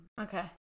okay